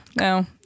no